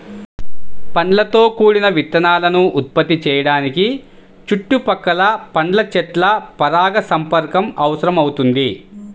పండ్లతో కూడిన విత్తనాలను ఉత్పత్తి చేయడానికి చుట్టుపక్కల పండ్ల చెట్ల పరాగసంపర్కం అవసరమవుతుంది